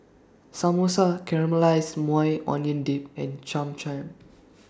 Samosa Caramelized Maui Onion Dip and Cham Cham